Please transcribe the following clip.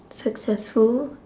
successful